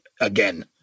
again